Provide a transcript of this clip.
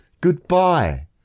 Goodbye